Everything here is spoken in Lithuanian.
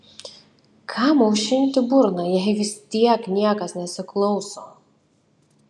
kam aušinti burną jei vis tiek niekas nesiklauso